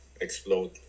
Explode